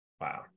Wow